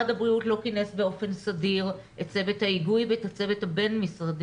משרד הבריאות לא כינס באופן סדיר את צוות ההיגוי ואת הצוות הבין-משרדי,